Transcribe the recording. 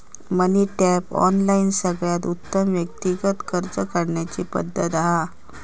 मनी tap, online सगळ्यात उत्तम व्यक्तिगत कर्ज काढण्याची पद्धत हा